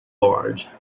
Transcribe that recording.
large